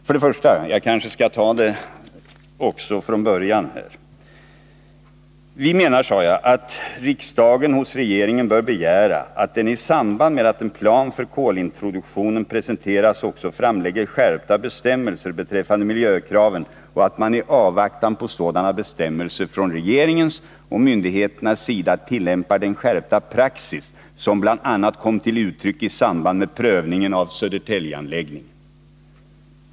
För det första sade jag: Vi menar att riksdagen hos regeringen bör begära att regeringen, i samband med att en plan för kolintroduktion presenteras, också framlägger skärpta bestämmelser beträffande miljökraven och att man i avvaktan på sådana bestämmelser från regeringens och myndigheternas siaa tillämpar den skärpta praxis som bl.a. kom till uttryck i samband med prövningen av Södertäljeanläggningen.